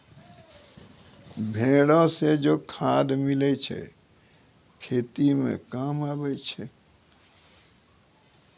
भेड़ो से जे खाद मिलै छै खेती मे काम आबै छै